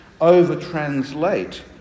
over-translate